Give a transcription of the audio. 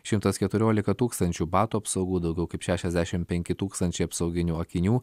šimtas keturiolika tūkstančių batų apsaugų daugiau kaip šešiasdešimt penki tūkstančiai apsauginių akinių